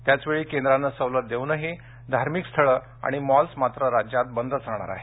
त्याचवेळी केंद्राने सवलत देऊनही धार्मिक स्थळं आणि मॉल्स मात्र राज्यात बंदच राहणार आहेत